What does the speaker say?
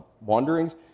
wanderings